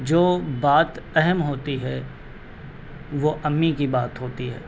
جو بات اہم ہوتی ہے وہ امی کی بات ہوتی ہے